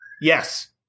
Yes